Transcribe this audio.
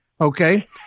Okay